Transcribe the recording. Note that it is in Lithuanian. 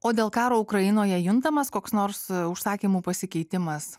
o dėl karo ukrainoje juntamas koks nors užsakymų pasikeitimas